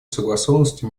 согласованности